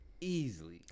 Easily